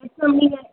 S ma'am நீங்கள்